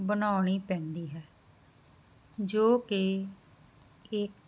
ਬਣਾਉਣੀ ਪੈਂਦੀ ਹੈ ਜੋ ਕਿ ਇਕ